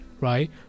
right